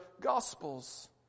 Gospels